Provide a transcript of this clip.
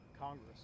Congress